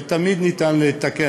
ותמיד ניתן לתקן.